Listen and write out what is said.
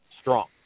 strong